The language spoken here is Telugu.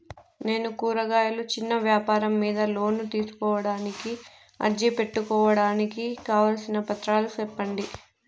నేను కూరగాయలు చిన్న వ్యాపారం మీద లోను తీసుకోడానికి అర్జీ పెట్టుకోవడానికి కావాల్సిన పత్రాలు సెప్పండి?